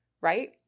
Right